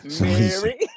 Mary